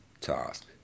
task